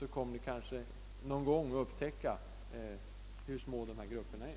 Då kommer ni kanske någon gång att upptäcka hur stora dessa »små grupper» är.